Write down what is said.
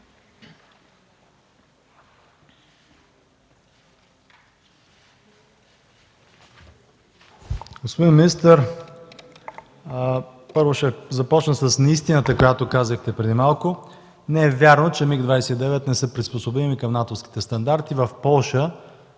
Господин министър, първо ще започна с неистината, която казахте преди малко. Не е вярно, че МиГ-29 не са приспособими към натовските стандарти. В Полша